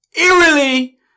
Eerily